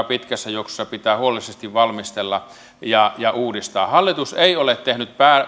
pitkässä juoksussa pitää huolellisesti valmistella ja ja uudistaa hallitus ei ole tehnyt